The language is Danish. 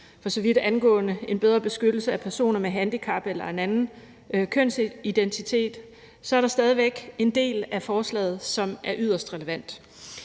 for så vidt angår en bedre beskyttelse af personer med handicap eller med en alternativ kønsidentitet, så er der stadig væk en del af forslaget, som er yderst relevant.